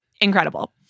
Incredible